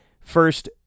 First